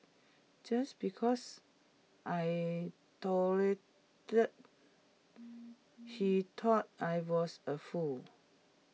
just because I he thought I was A fool